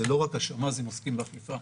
לא רק השמ"זים עוסקים באכיפה,